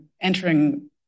entering